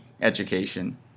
education